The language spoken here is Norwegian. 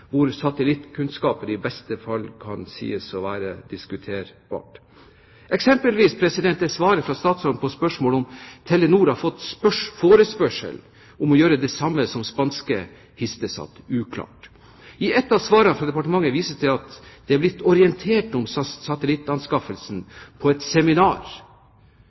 hvor satellittkunnskaper i beste fall kan diskuteres. Svaret fra statsråden på spørsmål om Telenor har fått forespørsel om å gjøre det samme som spanske Hisdesat, er uklart. I ett av svarene fra departementet vises det til at det har blitt orientert om satellittanskaffelsen på et seminar.